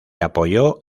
apoyó